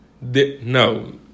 no